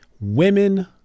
women